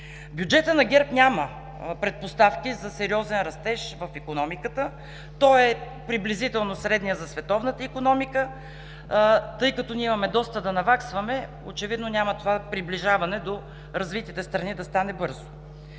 бюджета на ГЕРБ няма предпоставки за сериозен растеж в икономиката. Той е приблизително средният за световната икономика. Тъй като ние имаме доста да наваксваме, очевидно няма това приближаване до развитите страни да стане бързо.